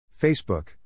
Facebook